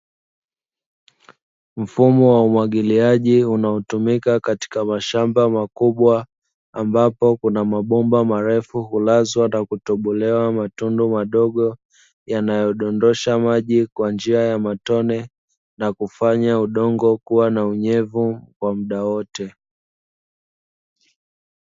Mfumo wa umwagiliaji unaotumika katika mashamba makubwa ambapo kuna mabomba marefu hulazwa na kutobolewa matundu madogo yanayodondosha maji kwa njia ya matone nakufanya udongo kuwa na unyevu kwa mda wote.